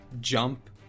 jump